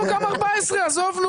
גם 14. עזוב,